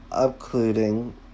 including